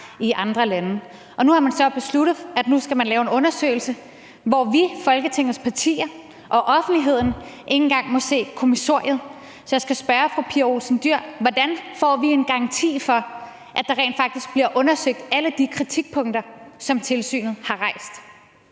i andre lande, og nu har man så besluttet, at man nu skal lave en undersøgelse, hvor vi, Folketingets partier, og offentligheden ikke engang må se kommissoriet. Så jeg skal spørge fru Pia Olsen Dyhr: Hvordan får vi en garanti for, at alle de kritikpunkter, som tilsynet har rejst,